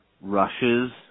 rushes